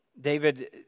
David